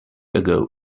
ago